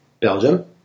Belgium